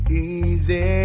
easy